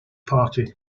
party